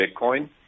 Bitcoin